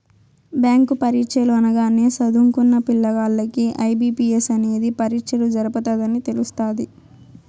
bank పరీచ్చలు అనగానే సదుంకున్న పిల్లగాల్లకి ఐ.బి.పి.ఎస్ అనేది పరీచ్చలు జరపతదని తెలస్తాది